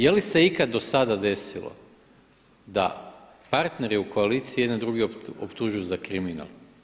Je li se ikada do sada desilo da partneri u koaliciji jedni druge optužuju za kriminal?